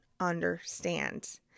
Understand